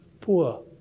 poor